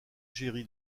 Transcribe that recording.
géry